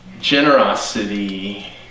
Generosity